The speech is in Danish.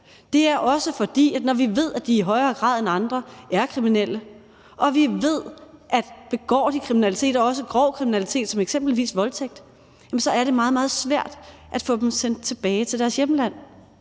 det er også, fordi vi ved, at de i højere grad end andre er kriminelle, og vi ved, at begår de kriminalitet og også grov kriminalitet som eksempelvis voldtægt, er det meget, meget svært at få dem sendt tilbage til deres hjemland.